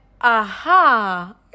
aha